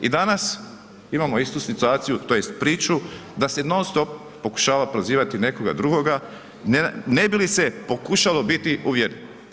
I danas imamo istu situaciju tj. priču da se non-stop pokušava prozivati nekoga drugoga ne bi li se pokušalo biti uvjerljiv.